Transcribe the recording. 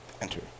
enter